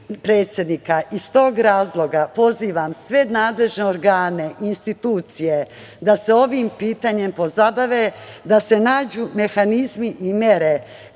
iz tog razloga pozivam sve nadležne organe, institucije da se ovim pitanjem pozabave, da se nađu mehanizmi i mere